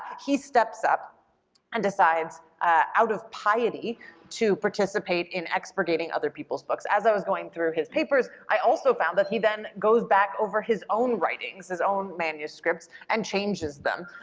he steps and decides out of piety to participate in expurgating other people's books. as i was going through his papers i also found that he then goes back over his own writings, his own manuscripts and changes them.